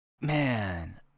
man